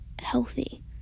healthy